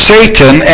Satan